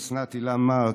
אוסנת הילה מארק,